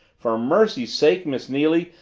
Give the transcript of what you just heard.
for mercy's sake, miss neily,